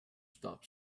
stop